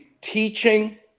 teaching